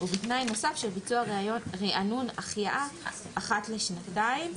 ובתנאי נוסף של ביצוע ריענון החייאה אחת לשנתיים."